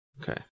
Okay